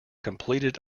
completed